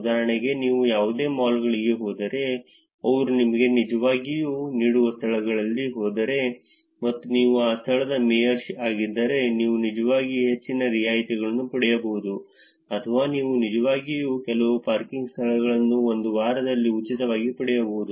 ಉದಾಹರಣೆಗೆ ನೀವು ಯಾವುದೇ ಮಾಲ್ಗಳಿಗೆ ಹೋದರೆ ಅವರು ನಿಮಗೆ ನಿಜವಾಗಿಯೂ ನೀಡುವ ಸ್ಥಳಗಳಿಗೆ ಹೋದರೆ ಮತ್ತು ನೀವು ಆ ಸ್ಥಳದ ಮೇಯರ್ ಆಗಿದ್ದರೆ ನೀವು ನಿಜವಾಗಿ ಹೆಚ್ಚಿನ ರಿಯಾಯಿತಿಗಳನ್ನು ಪಡೆಯಬಹುದು ಅಥವಾ ನೀವು ನಿಜವಾಗಿಯೂ ಕೆಲವು ಪಾರ್ಕಿಂಗ್ ಸ್ಥಳಗಳನ್ನು ಒಂದು ವಾರದವರೆಗೆ ಉಚಿತವಾಗಿ ಪಡೆಯಬಹುದು